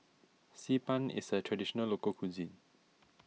Xi Ban is a Traditional Local Cuisine